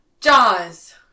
Jaws